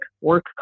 work